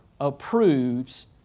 approves